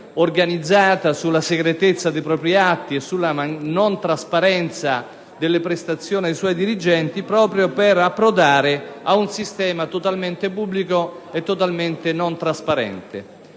organizzata sulla segretezza dei propri atti e sulla non trasparenza delle prestazioni dei suoi dirigenti per approdare ad un sistema totalmente pubblico e totalmente trasparente.